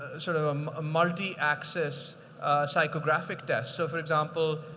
sort of um a multi-axis psychographic test. so, for example,